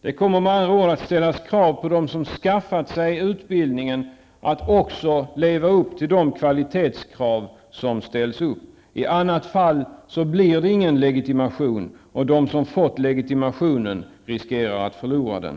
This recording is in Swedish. Det kommer med andra ord att ställas krav på att de som skaffat sig utbildningen också lever upp till de kvalitetskrav som ställs. I annat fall blir det ingen legitimation, och de som fått legitimationen riskerar att förlora den.